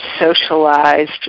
socialized